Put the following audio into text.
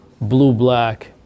blue-black